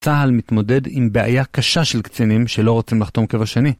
צה"ל מתמודד עם בעיה קשה של קצינים שלא רוצים לחתום קבע שנים.